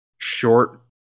Short